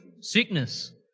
sickness